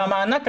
והמענק,